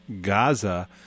gaza